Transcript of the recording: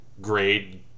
grade